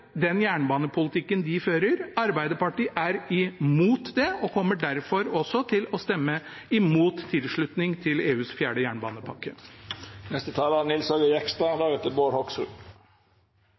den jernbanepolitikken de fører. Arbeiderpartiet er imot det og kommer derfor også til å stemme imot tilslutning til EUs fjerde jernbanepakke. EU-kommisjonen har utpekt 2021 til EUs jernbaneår. Formålet er